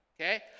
okay